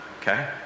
Okay